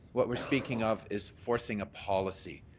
what we're speaking of is forcing a policy.